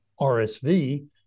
RSV